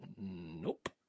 Nope